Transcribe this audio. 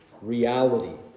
reality